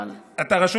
אבל, אתה רשום?